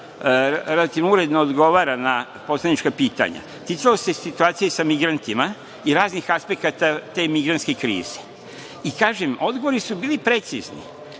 relativno uredno odgovara na poslanička pitanja, a ticalo se situacije sa migrantima i raznih aspekata te migrantske krize. Kažem, odgovori su bili precizni,